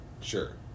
Sure